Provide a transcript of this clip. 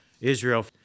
Israel